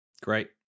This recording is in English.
great